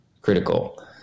critical